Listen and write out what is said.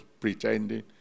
pretending